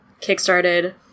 kickstarted